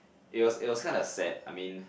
it was it was kinda sad I mean